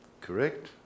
Correct